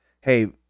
Hey